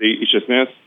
tai iš esmės